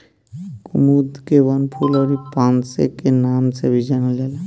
कुमुद के वनफूल अउरी पांसे के नाम से भी जानल जाला